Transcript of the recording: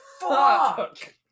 Fuck